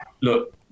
look